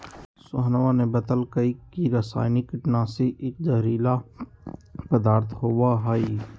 सोहनवा ने बतल कई की रसायनिक कीटनाशी एक जहरीला पदार्थ होबा हई